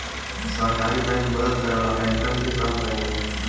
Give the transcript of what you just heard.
सहकारी बैंक मदद करला बैंकन के काम करे में